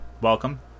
Welcome